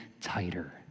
tighter